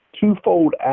twofold